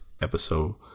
episode